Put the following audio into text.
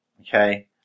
Okay